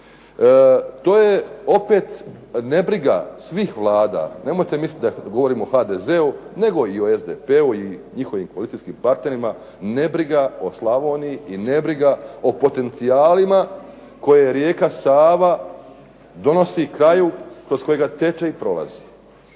To je opet nebriga svih vlada. Nemojte misliti da govorim o HDZ-u, nego i o SDP-u i o njihovim koalicijskim partnerima, nebriga o Slavoniji i nebriga o potencijalima koje rijeka Sava donosi kraju kroz kojega teče i prolazi.